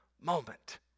moment